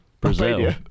Brazil